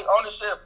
ownership